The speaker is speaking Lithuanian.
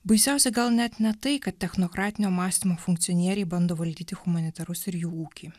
baisiausia gal net ne tai kad technokratinio mąstymo funkcionieriai bando valdyti humanitarus ir jų ūkį